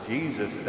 Jesus